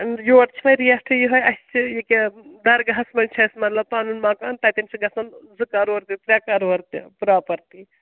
یور چھِ وۅنۍ ریٹٕے یِہَے اَسہِ چھِ یہِ کہِ درگاہَس منٛز چھِ اَسہِ مطلب پَنُن مکان تَتٮ۪ن چھُ گژھان زٕ کَرور تہِ ترٛےٚ کَرور تہِ پرٛاپَرٹی